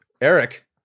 Eric